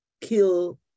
kill